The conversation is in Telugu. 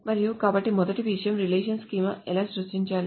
మరియు కాబట్టి మొదటి విషయం రిలేషనల్ స్కీమాను ఎలా సృష్టించాలి